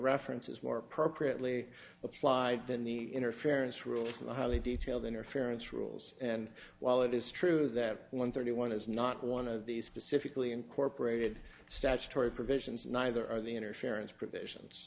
references were appropriately applied than the interference rules highly detailed interference rules and while it is true that one thirty one is not one of these specifically incorporated statutory provisions neither are the interference provisions